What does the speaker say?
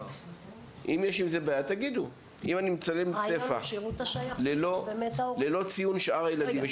אם יש עם זה בעיה תגידו אם אני מצלם ספח ללא ציון שאר הילדים,